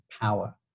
power